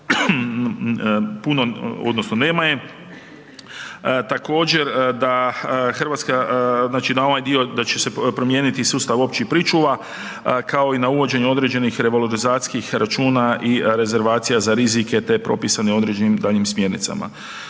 puno odnosno nema je. Također da hrvatska, znači na ovaj dio da će se promijeniti sustav općih pričuva, kao i na uvođenje određenih revalorizacijskih računa i rezervacija za rizike te propisani određenim daljnjim smjernicama.